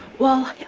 well,